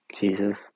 Jesus